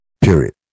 period